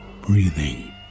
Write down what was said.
breathing